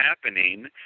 happening